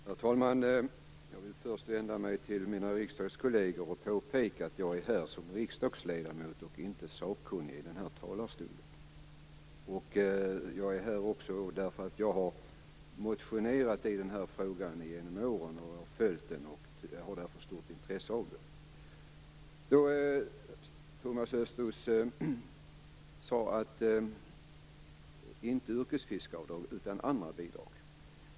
Herr talman! Jag vill först vända mig till mina riksdagskolleger och påpeka att jag är här som riksdagsledamot och inte som sakkunnig. Jag är här också därför att jag har motionerat i denna fråga genom åren. Jag har följt frågan och har därför ett stort intresse av att vara med i debatten. Thomas Östros sade att det var möjligt med andra bidrag men inte med yrkesfiskaravdrag.